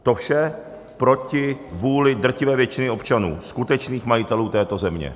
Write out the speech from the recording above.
To vše proti vůli drtivé většiny občanů, skutečných majitelů této země.